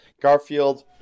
garfield